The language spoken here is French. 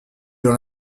dans